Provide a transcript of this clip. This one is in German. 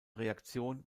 reaktion